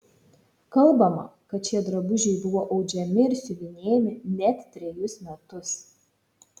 kalbama kad šie drabužiai buvo audžiami ir siuvinėjami net trejus metus